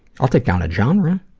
i'll take down a genre.